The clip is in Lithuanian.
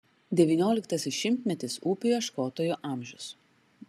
devynioliktasis šimtmetis upių ieškotojų amžius